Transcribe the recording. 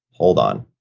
hold on,